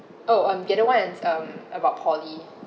oh um the other [one] it's um about poly